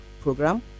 program